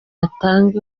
atange